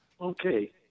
Okay